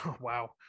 Wow